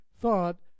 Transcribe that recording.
thought